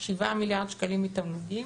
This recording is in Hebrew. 7 מיליארד שקלים מתמלוגים,